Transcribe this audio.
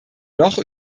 noch